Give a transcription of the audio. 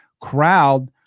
crowd